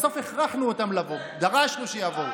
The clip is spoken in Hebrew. בסוף הכרחנו אותם לבוא, דרשנו שיבואו,